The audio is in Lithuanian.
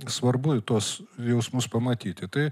svarbu į tuos jausmus pamatyti tai